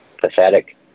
pathetic